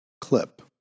clip